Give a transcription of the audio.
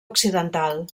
occidental